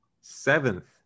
seventh